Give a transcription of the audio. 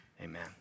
amen